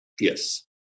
Yes